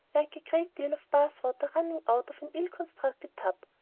like a great deal of bath-water running out of an ill-constructed tub.